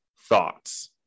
Thoughts